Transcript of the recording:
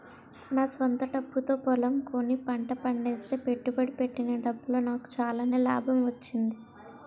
నా స్వంత డబ్బుతో పొలం కొని పంట పండిస్తే పెట్టుబడి పెట్టిన డబ్బులో నాకు చాలానే లాభం వచ్చింది